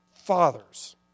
Fathers